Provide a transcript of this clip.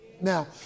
Now